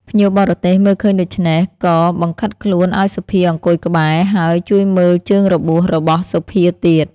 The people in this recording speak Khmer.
ភ្ញៀវបរទេសមើលឃើញដូច្នេះ ក៏បង្ខិតខ្លួនឱ្យសុភាអង្គុយក្បែរ ហើយជួយមើលជើងរបួស របស់សុភាទៀត ។